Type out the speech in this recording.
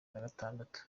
nagatatu